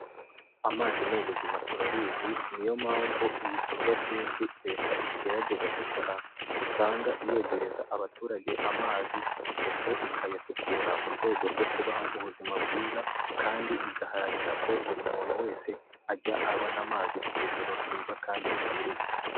Amazi ni ubuzima turabizi niyo mpamvu ibikorwa byinshi leta igerageza gukora; usanga yegereza abaturage amazi ndetse ikayasukura mu rwego rwo kubaha ubuzima bwiza; kandi igaharanira ko buri muntu wese ajya abona amazi ku rugero rwiza kandi rukwiriye.